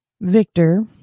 Victor